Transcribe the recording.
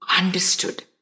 understood